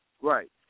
Right